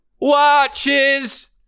watches